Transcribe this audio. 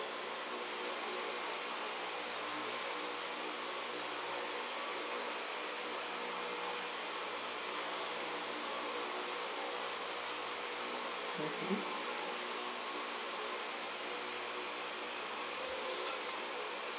mmhmm